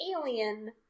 alien